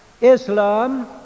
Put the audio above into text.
Islam